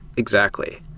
exactly.